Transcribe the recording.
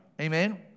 Amen